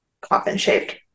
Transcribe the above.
coffin-shaped